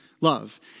Love